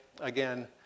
again